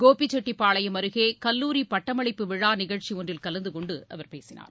கோபிச்செட்டிப்பாளையம் அருகே கல்லூரி பட்டமளிப்பு விழா நிகழ்ச்சி ஒன்றில் கலந்து கொண்டு அவர் பேசினார்